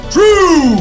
True